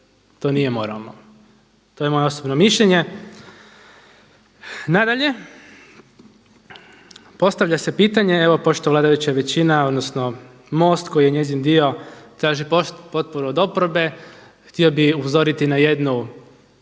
to nije moralno. To je moje osobno mišljenje. Nadalje, postavlja se pitanje evo pošto vladajuća većina odnosno MOST koji je njezin dio traži potporu od oporbe htio bi upozoriti na jednu,